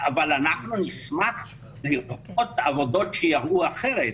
אבל אנחנו נשמח לראות עבודות שיראו אחרת,